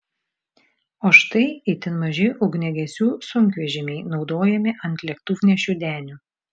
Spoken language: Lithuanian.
o štai itin maži ugniagesių sunkvežimiai naudojami ant lėktuvnešių denių